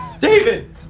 David